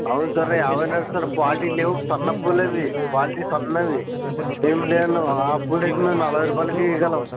అవును సామి అవే నడుస్తుంటే క్వాలిటీ లేవు సన్న పూలు అవి క్వాలిటీ సన్నవి ఏం లేదు నువ్వు ఆ పూలు అయితే మేము నలభై రూపాయలకి ఇవ్వగలం